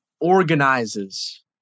organizes